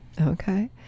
Okay